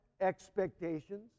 expectations